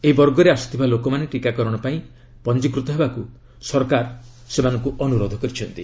ଏହି ବର୍ଗରେ ଆସୁଥିବା ଲୋକମାନେ ଟିକାକରଣ ପାଇଁ ପଞ୍ଜିକୃତ ହେବାକୁ ସରକାର ସେମାନଙ୍କୁ ଅନୁରୋଧ କରିଛନ୍ତି